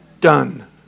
done